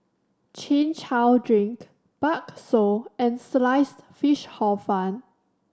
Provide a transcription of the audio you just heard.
Chin Chow drink bakso and Sliced Fish Hor Fun